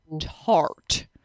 tart